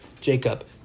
Jacob